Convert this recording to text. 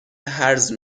هرز